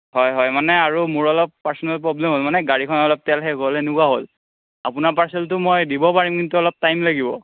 হয় হয় মানে আৰু মোৰ অলপ পাৰ্চনেল প্ৰবলেম হ'ল মানে গাড়ীখনৰ অলপ তেল শেষ হ'ল তেনেকুৱা হ'ল আপোনাৰ পাৰ্চেলটো মই দিব পাৰিম কিন্তু অলপ টাইম লাগিব